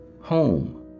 home